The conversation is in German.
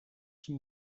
zum